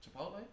Chipotle